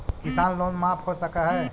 किसान लोन माफ हो सक है?